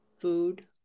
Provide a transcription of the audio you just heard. food